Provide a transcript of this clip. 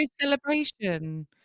Celebration